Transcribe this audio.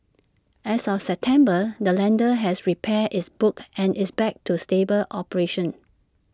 as of September the lender has repaired its books and is back to stable operations